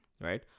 right